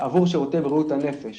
עבור שירותי בריאות הנפש